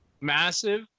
Massive